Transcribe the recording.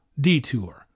Detour